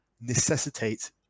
necessitate